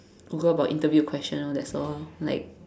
Google about interview question orh that's all ah like